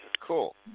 Cool